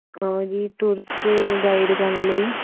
ਹਾਂ ਜੀ tourist guide ਕਰਨ ਲਈ